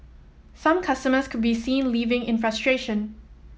some customers could be seen leaving in frustration